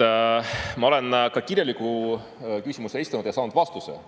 Ma olen ka kirjaliku küsimuse esitanud ja saanud vastuse.